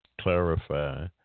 clarify